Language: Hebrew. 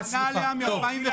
ענה עליה מ-2015.